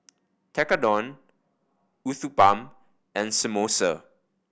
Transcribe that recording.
Tekkadon Uthapam and Samosa